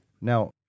Now